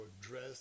dress